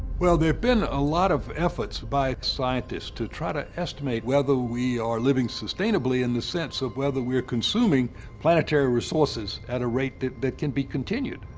well, there have been a lot of efforts by scientists to try to estimate whether we are living sustainably in the sense of whether we're consuming planetary resources at a rate that that can be continued.